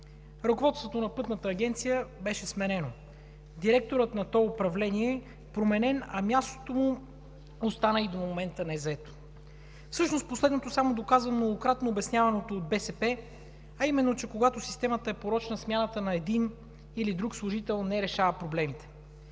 Ръководството на Пътната агенция беше сменено, директорът на тол управление – променен, а мястото му остана и до момента незаето. Всъщност последното само доказва многократно обясняваното от БСП, а именно, че когато системата е порочна, смяната на един или друг служител не решава проблемите.